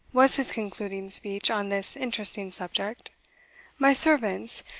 was his concluding speech on this interesting subject my servants,